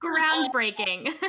Groundbreaking